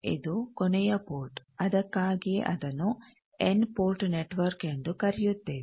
ಇದು ಕೊನೆಯ ಪೋರ್ಟ್ ಅದಕ್ಕಾಗಿಯೇ ಅದನ್ನು ಎನ್ ಪೋರ್ಟ್ ನೆಟ್ವರ್ಕ್ ಎಂದು ಕರೆಯುತ್ತೇವೆ